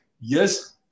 Yes